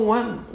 one